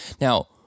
Now